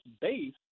base